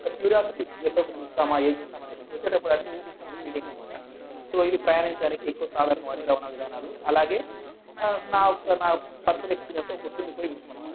ఒక క్యూరియాసిటీ ఎప్పుడెప్పుడు చూస్తామా ఎం చూస్తామా అని చెప్పేసి వచ్చేటప్పుడు అన్ని వదిలేసి వచ్చేస్తాం అనే ఫీలింగ్ అనమాట సో ఇది ప్రయాణించటానికి ఎక్కువ సాదరణంగా వాడే రవాణ విధానాలు అలాగే నా యొక్క నా యొక్క పర్సనల్ ఎక్స్పీరియన్స్లో గుర్తుండిపోయే విషయం అనమాట